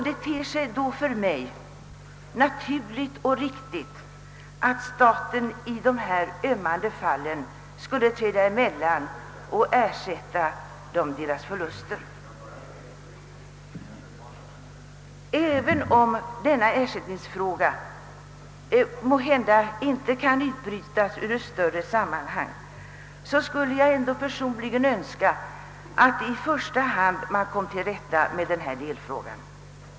Det ter sig för mig naturligt och riktigt, att staten i dessa ömmande fall skulle träda emellan och ersätta förlusterna. Även om denna ersättningsfråga måhända inte kan brytas ut ur ett större sammanhang, skulle jag personligen ändå önska, att man snart försökte komma till rätta med denna delfråga.